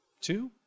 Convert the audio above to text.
Two